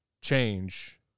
change